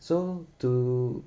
so to